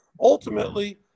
ultimately